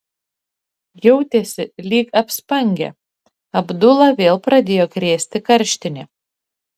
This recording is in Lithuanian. jautėsi lyg apspangę abdulą vėl pradėjo krėsti karštinė